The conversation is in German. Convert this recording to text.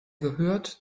gehört